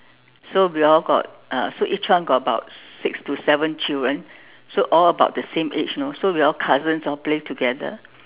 so we all got uh so each one got about six to seven children so all about the same age you know so we all cousins hor play together